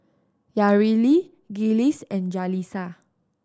Yareli Giles and Jalisa